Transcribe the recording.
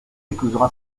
épousera